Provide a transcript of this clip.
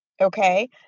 Okay